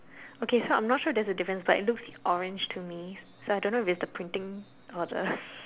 okay so I'm not sure there's a difference but it looks orange to me so I don't know if it's the printing or the